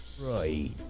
Right